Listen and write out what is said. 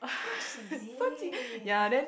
so cheesy